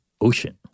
ocean